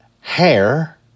hair